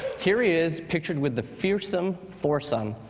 here he is pictured with the fearsome foursome.